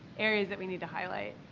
areas that we need to highlight.